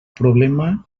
problema